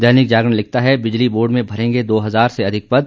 दैनिक जागरण लिखता है बिजली बोर्ड में भरेंगे दो हजार से अधिक पद